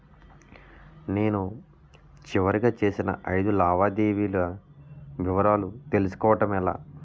నేను చివరిగా చేసిన ఐదు లావాదేవీల వివరాలు తెలుసుకోవటం ఎలా?